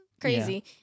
crazy